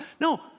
No